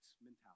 mentality